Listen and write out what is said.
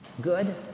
Good